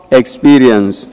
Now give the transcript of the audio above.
experience